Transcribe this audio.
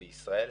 בישראל,